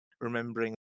remembering